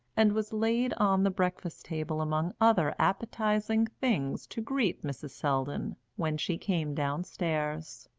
and was laid on the breakfast table among other appetising things to greet mrs. selldon when she came downstairs.